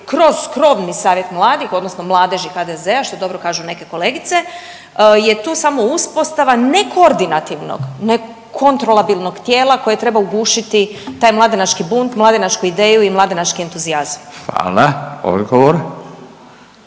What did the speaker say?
kroz krovni savjet mladih, odnosno Mladeži HDZ-a, što dobro kažu neke kolegice je tu samo uspostava ne koordinativnog, nego kontrolabilnog tijela koje treba ugušiti taj mladenački bunt, mladenačku ideju i mladenački entuzijazam. **Radin, Furio